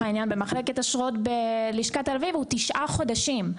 העניין במחלקת אשרות בלשכת תל אביב הוא כתשעה חודשים,